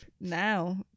Now